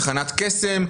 תחנת קסם,